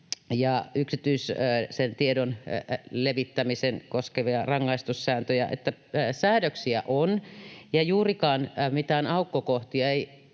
ja yksityisen tiedon levittämistä koskevia rangaistussääntöjä. Säädöksiä on, ja juurikaan mitään aukkokohtia